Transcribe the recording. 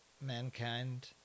Mankind